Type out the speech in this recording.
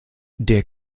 der